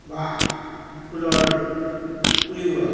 বা ফুলৰ পুলিবোৰত